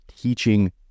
teaching